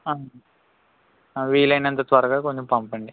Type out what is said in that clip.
ఆ వీలైనంత త్వరగా కొంచెం పంపండి